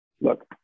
Look